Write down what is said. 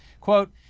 Quote